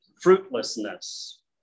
fruitlessness